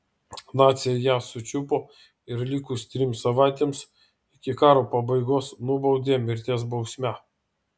naciai ją sučiupo ir likus trims savaitėms iki karo pabaigos nubaudė mirties bausme